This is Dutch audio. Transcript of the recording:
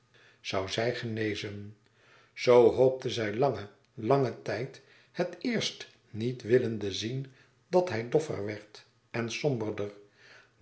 zoû zij genezen zoo hoopte zij langen langen tijd het eerst niet willende zien dat hij doffer werd en